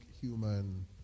human